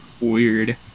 Weird